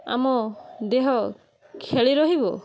ଆମ ଦେହ ଖେଳି ରହିବ